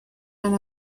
and